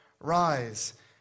Rise